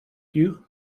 you